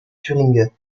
thuringe